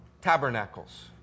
tabernacles